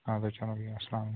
اَدٕ حظ چلو اَسلام علیکُم